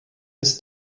his